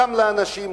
גם לאנשים,